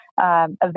event